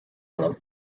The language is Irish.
anam